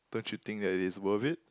don't you think that it is worth it